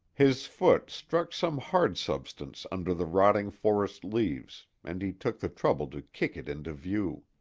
his foot struck some hard substance under the rotting forest leaves, and he took the trouble to kick it into view.